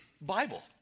Bible